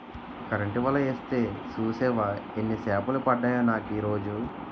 Current వల యేస్తే సూసేవా యెన్ని సేపలు పడ్డాయో నాకీరోజు?